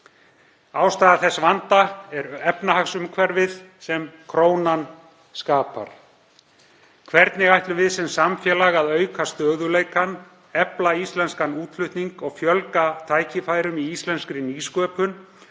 Ástæða þess vanda er efnahagsumhverfið sem krónan skapar. Hvernig ætlum við sem samfélag að auka stöðugleikann, efla íslenskan útflutning og fjölga tækifærum í íslenskri nýsköpun